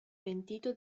pentito